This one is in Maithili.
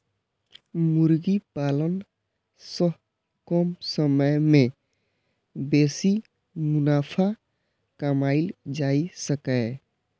मुर्गी पालन सं कम समय मे बेसी मुनाफा कमाएल जा सकैए